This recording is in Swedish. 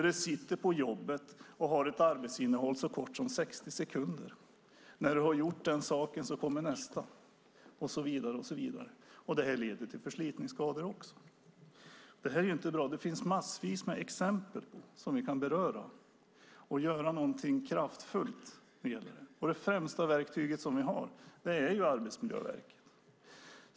Du sitter på jobbet och har ett arbetsmoment så kort som 60 sekunder. När du har gjort en sak kommer nästa och så vidare. Det leder också till förslitningsskador. Det här är inte bra. Det finns massvis av exempel som vi kan beröra och göra något kraftfullt åt. Och det främsta verktyget som vi har är ju Arbetsmiljöverket.